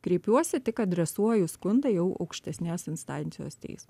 kreipiuosi tik adresuoju skundą jau aukštesnės instancijos teismui